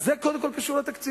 אז זה קודם כול קשור לתקציב.